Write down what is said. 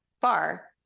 far